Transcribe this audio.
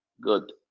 Good